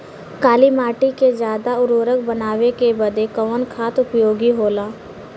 काली माटी के ज्यादा उर्वरक बनावे के बदे कवन खाद उपयोगी होला?